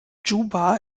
juba